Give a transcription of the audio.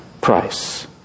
price